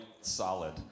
solid